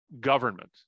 government